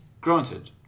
granted